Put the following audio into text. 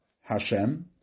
Hashem